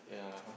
yeah